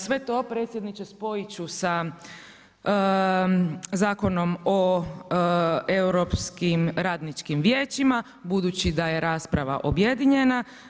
Sve to predsjedniče spojiti ću sa Zakonom o europskim radničkim vijećima, budući da je rasprava objedinjena.